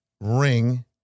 ring